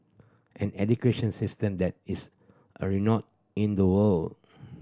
an education system that is a renowned in the world